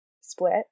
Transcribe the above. split